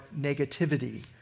negativity